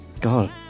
God